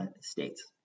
states